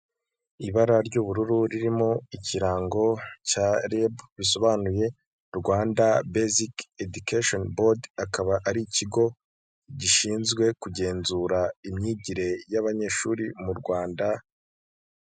Ibara ry'ubururu ririmo ikirango cya rebu bisobanuyeb Rwanda bezike edikesheni bodi akaba ari ikigo gishinzwe kugenzura imyigire y'amashuri mu Rwanda.